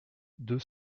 deux